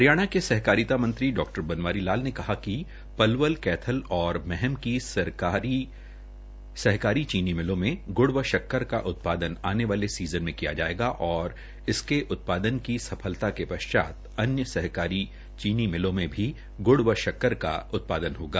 हरियाणा के सहकारिता मंत्री डॉ बनवारी लाल ने कहा कि पलवल कैथल और महम की सहकारी चीनी मिलों में गूड़ व शक्कर का उत्पादन आने वाले सीजन में किया जाएगा और इसके उत्पादन की सफलता के पश्चात अन्य सहकारी चीनी मिलों में भी गूड़ व शक्कर का उत्पादन होगा